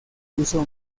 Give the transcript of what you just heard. uso